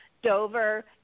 Dover